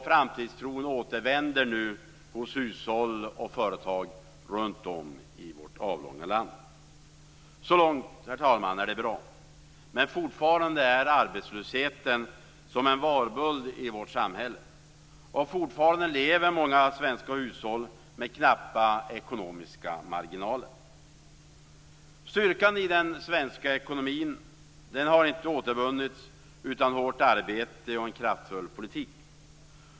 Framtidstron återvänder nu hos hushåll och företag runt om i vårt avlånga land. Så långt, herr talman, är det bra, men fortfarande är arbetslösheten som en varböld i vårt samhälle, och fortfarande lever många svenska hushåll med knappa ekonomiska marginaler. Styrkan i den svenska ekonomin har inte återvunnits utan hårt arbete och en kraftfull politik.